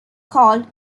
called